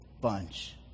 bunch